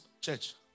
Church